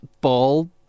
ball